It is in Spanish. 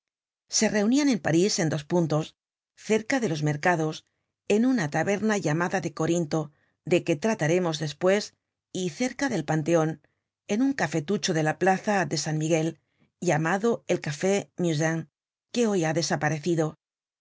se reunian en parís en dos puntos cerca de los mercados en una taberna llamada de corinto de que trataremos despues y cerca del panteon en un cafetucho de la plaza de san miguel llamado el café musain que hoy ha desaparecido el